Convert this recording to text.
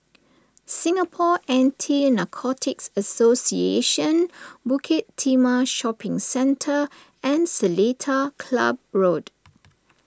Singapore Anti Narcotics Association Bukit Timah Shopping Centre and Seletar Club Road